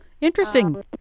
Interesting